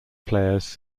players